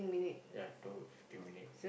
yeah told fifteen minute